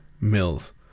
Mills